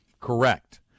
Correct